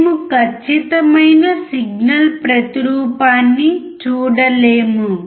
మేము ఖచ్చితమైన సిగ్నల్ ప్రతిరూపాన్ని చూడలేము